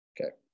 Okay